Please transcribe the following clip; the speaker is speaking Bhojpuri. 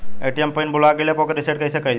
ए.टी.एम पीन भूल गईल पर ओके रीसेट कइसे कइल जाला?